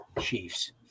Chiefs